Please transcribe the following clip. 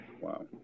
wow